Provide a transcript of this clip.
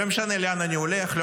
לא משנה לאן אני הולך,